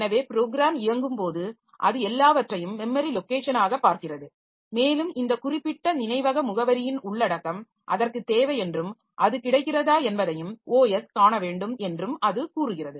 எனவே ப்ரோக்ராம் இயங்கும்போது அது எல்லாவற்றையும் மெமரி லாெக்கேஷனாக பார்க்கிறது மேலும் இந்த குறிப்பிட்ட நினைவக முகவரியின் உள்ளடக்கம் அதற்கு தேவை என்றும் அது கிடைக்கிறதா என்பதையும் OS காண வேண்டும் என்றும் அது கூறுகிறது